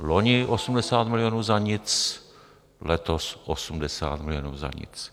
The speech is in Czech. Loni 80 milionů za nic, letos 80 milionů za nic.